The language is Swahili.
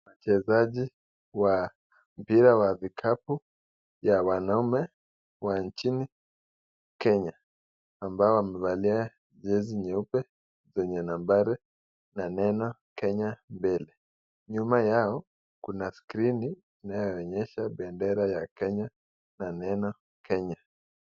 Wachezaji wa mpira wa vikapu ya wanaume wa nchini Kenya ambao wamevalia jezi nyeupe zenye nambari na neno Kenya mbele. Nyuma yao kuna skrini inayoonyesha bendera ya Kenya na neno Kenya.